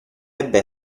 ebbe